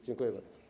Dziękuję bardzo.